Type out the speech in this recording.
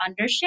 undershare